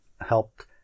helped